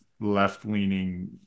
left-leaning